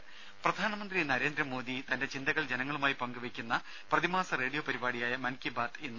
ദേദ പ്രധാനമന്ത്രി നരേന്ദ്രമോദി തന്റെ ചിന്തകൾ ജനങ്ങളുമായി പങ്കുവയ്ക്കുന്ന പ്രതിമാസ റേഡിയോ പരിപാടിയായ മൻ കി ബാത് ഇന്ന്